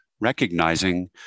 recognizing